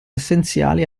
essenziali